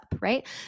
right